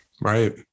Right